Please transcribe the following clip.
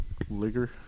Ligger